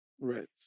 Right